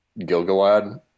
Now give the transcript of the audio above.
Gilgalad